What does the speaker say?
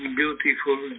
beautiful